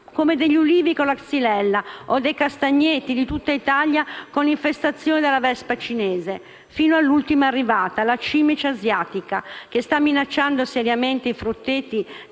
come degli ulivi con la *xylella* o dei castagneti di tutta Italia con l'infestazione della vespa cinese, fino all'ultima arrivata: la cimice asiatica, che sta minacciando seriamente i frutteti